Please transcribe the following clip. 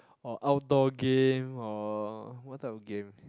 or outdoor game or what type of game